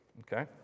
okay